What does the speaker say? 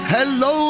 Hello